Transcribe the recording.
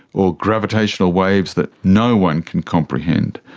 or gravitational waves that no one can comprehend,